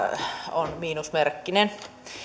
on miinusmerkkinen